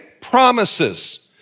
Promises